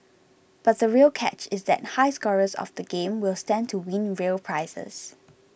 but the real catch is that high scorers of the game will stand to win real prizes